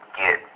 get